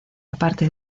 aparte